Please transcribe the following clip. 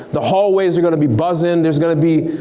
the hallways are gonna be buzzin', there's gonna be,